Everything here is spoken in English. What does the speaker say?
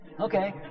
okay